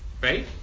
right